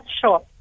sure